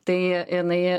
tai jinai